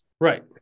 Right